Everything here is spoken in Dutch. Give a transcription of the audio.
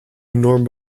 enorm